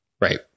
Right